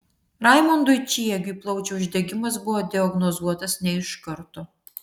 raimondui čiegiui plaučių uždegimas buvo diagnozuotas ne iš karto